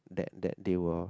that that they were